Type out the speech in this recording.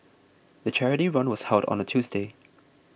the charity run was held on a Tuesday